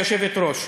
היושבת-ראש,